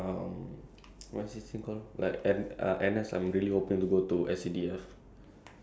I don't know like ya I think like after Poly I am really hoping to go to